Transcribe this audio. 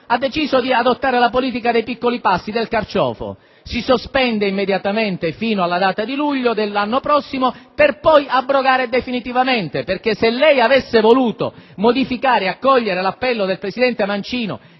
ha deciso di adottare la politica dei piccoli passi del carciofo: si sospende immediatamente fino al mese di luglio dell'anno prossimo per poi abrogare definitivamente. Se lei avesse voluto modificare e accogliere l'appello del presidente Mancino